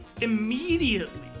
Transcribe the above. Immediately